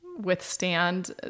withstand